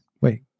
Wait